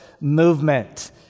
movement